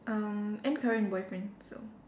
um and current boyfriend so